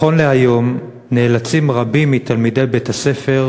נכון להיום נאלצים רבים מתלמידי בית-הספר